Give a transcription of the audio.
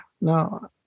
No